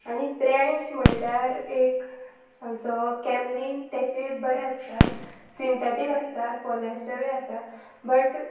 आनी ब्रॅण्ड्स म्हणल्यार एक आमचो कॅमलीन तेचे बरें आसता सिंथेटीक आसता पोलेस्टरूय आसता बट